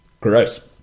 Gross